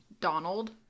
Donald